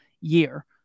year